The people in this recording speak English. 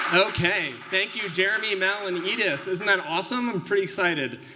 ok, thank you, jeremy, mael, and edith. isn't that awesome? i'm pretty excited.